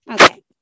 okay